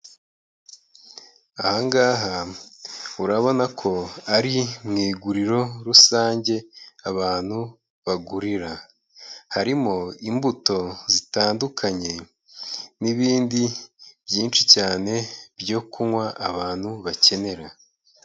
Aha ngaha urabona ko ari mu iguriro rusange abantu bagurira. Harimo imbuto zitandukanye n'ibindi byinshi cyane byo kunywa abantu bakenera.